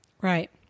right